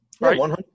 right